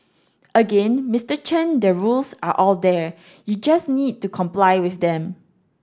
again Mister Chen the rules are all there you just need to comply with them